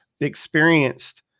experienced